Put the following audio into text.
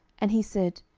and he said,